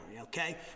okay